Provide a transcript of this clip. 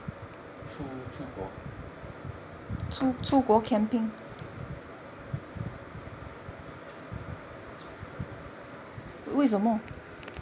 出出国